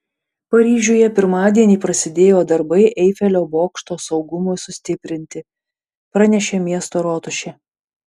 paryžiuje pirmadienį prasidėjo darbai eifelio bokšto saugumui sustiprinti pranešė miesto rotušė